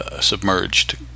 Submerged